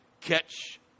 catch